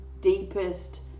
deepest